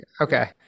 okay